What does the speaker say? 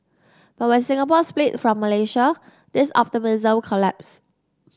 but when Singapore split from Malaysia this optimism collapsed